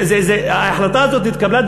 ההחלטה הזאת התקבלה,